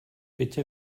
bitte